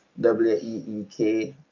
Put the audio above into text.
w-e-e-k